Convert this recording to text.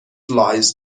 lies